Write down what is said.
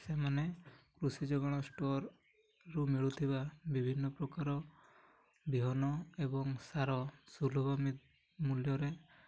ସେମାନେ କୃଷି ଯୋଗାଣ ଷ୍ଟୋର୍ରୁ ମିଳୁଥିବା ବିଭିନ୍ନ ପ୍ରକାର ବିହନ ଏବଂ ସାର ସୁଲଭ ମୂଲ୍ୟରେ